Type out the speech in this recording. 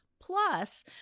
Plus